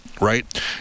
right